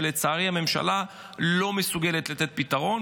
שלצערי הממשלה לא מסוגלת לתת להן פתרון.